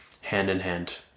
hand-in-hand